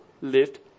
lift